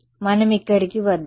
మనం ఇక్కడికి వద్దాం